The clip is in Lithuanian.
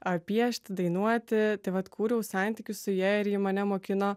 ar piešti dainuoti tai vat kūriau santykius su ja ir ji mane mokino